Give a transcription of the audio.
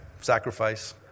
Sacrifice